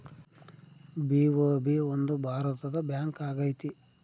BOB ಒಂದು ಭಾರತದ bank ಆಗೈತೆ